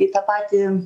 į tą patį